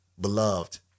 beloved